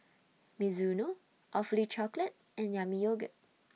Mizuno Awfully Chocolate and Yami Yogurt